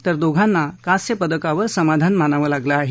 तर दोघांना कांस्यपदकावर समाधान मानावं लागलं आहे